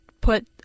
put